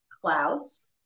Klaus